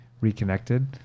reconnected